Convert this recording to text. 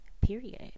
period